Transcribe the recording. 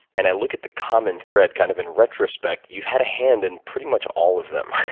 and i look at the common thread kind of in retrospect, you've had a hand in pretty much all of them.